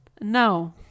No